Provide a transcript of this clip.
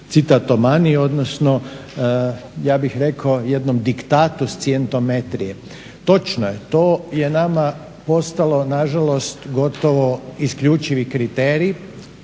citatomaniji, odnosno ja bih rekao jednom diktatu scijentometrije. Točno je, to je nama postalo nažalost gotovo isključivi kriterij.